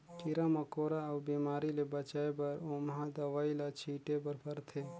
कीरा मकोरा अउ बेमारी ले बचाए बर ओमहा दवई ल छिटे बर परथे